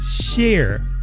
share